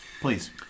please